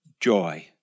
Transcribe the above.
joy